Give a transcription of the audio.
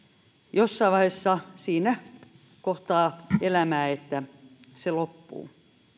jossain vaiheessa siinä kohtaa elämää että se loppuu